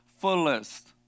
fullest